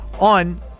on